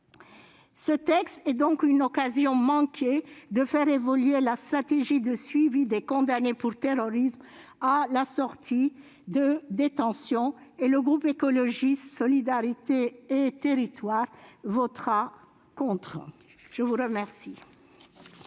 Ce texte est donc une occasion manquée de faire évoluer la stratégie de suivi des condamnés pour terrorisme à la sortie de détention. C'est pourquoi le groupe Écologiste - Solidarité et Territoires votera contre. La parole